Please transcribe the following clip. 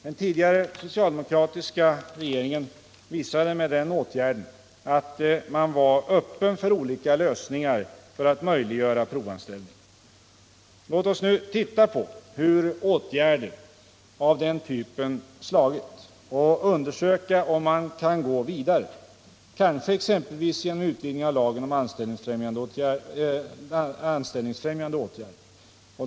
Den tidigare socialdemokratiska regeringen visade med den åtgärden att den var öppen för olika lösningar för att möjliggöra provanställning. Låt oss nu titta på hur åtgärder av den typen har slagit och undersöka om man kan gå vidare, kanske exempelvis genom utvidgning av lagen om anställningsfrämjande åtgärder.